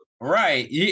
Right